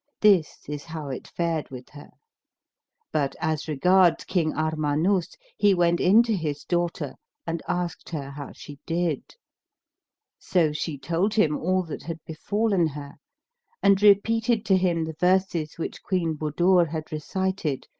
this is how it fared with her but as regards king armanus he went in to his daughter and asked her how she did so she told him all that had befallen her and repeated to him the verses which queen budur had recited,